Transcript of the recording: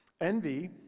Envy